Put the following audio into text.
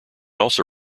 also